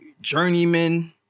journeyman